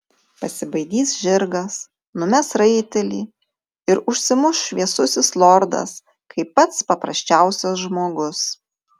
pasibaidys žirgas numes raitelį ir užsimuš šviesusis lordas kaip pats paprasčiausias žmogus